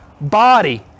body